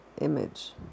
image